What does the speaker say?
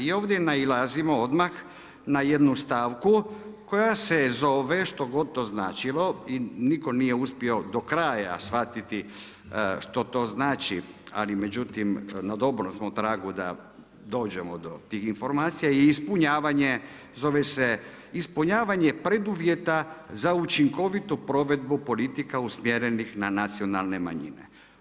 I ovdje nailazimo odmah na jednu stavku koja se zove što god to značilo i nitko nije uspio do kraja shvatiti što to znači ali međutim na dobrom smo tragu da dođemo do tih informacija i ispunjavanje zove se ispunjavanje preduvjeta za učinkovitu provedbu politika usmjerenih na nacionalne manjine.